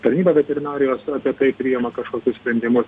tarnyba veterinarijos apie tai priima kažkokius sprendimus